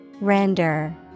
Render